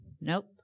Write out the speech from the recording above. Nope